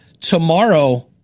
tomorrow